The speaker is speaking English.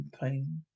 pain